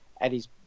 Eddie's